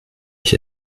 ich